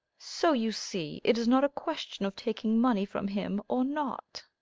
so you see it is not a question of taking money from him or not